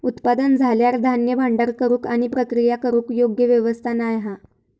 उत्पादन झाल्यार धान्य भांडार करूक आणि प्रक्रिया करूक योग्य व्यवस्था नाय हा